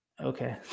okay